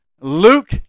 Luke